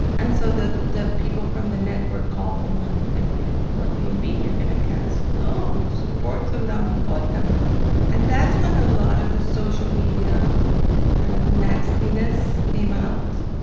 and so the the people from the network called him. and they were like, what do you mean you're going to cancel? no, we support soldado micolta um and that's when a lot of the social media kind of nastiness came out.